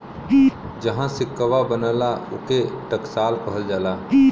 जहाँ सिक्कवा बनला, ओके टकसाल कहल जाला